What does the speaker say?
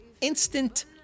instant